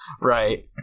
right